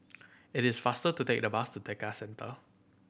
it is faster to take the bus to Tekka Centre